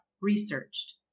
researched